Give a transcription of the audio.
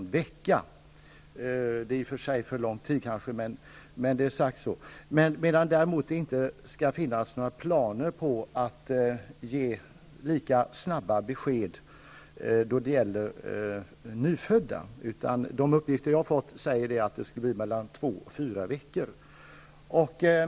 Det är kanske i och för sig för lång tid, men det är vad som har sagts. Däremot lär man inte planera att lika snabba besked skall ges då det gäller nyfödda. Enligt de uppgifter som jag har fått skulle det ta mellan två och fyra veckor.